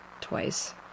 twice